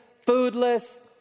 foodless